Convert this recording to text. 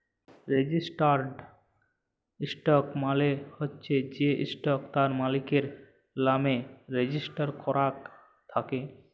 registered stock মালে চ্ছ যে স্টক তার মালিকের লামে রেজিস্টার করাক থাক্যে